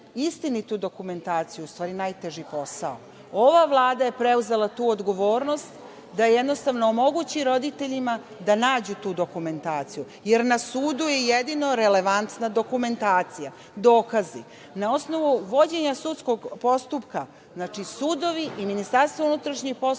istinitu dokumentaciju je u stvari najteži posao. Ova Vlada je preuzela tu odgovornost da jednostavno omogući roditeljima da nađu tu dokumentaciju, jer na sudu je jedino relevantna dokumentacija, dokazi. Na osnovu vođenja sudskog postupka, znači sudovi i MUP su institucije